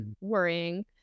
worrying